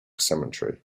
cemetery